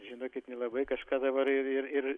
žinokit nelabai kažką dabar ir ir ir